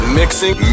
mixing